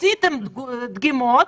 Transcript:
עשיתם דגימות,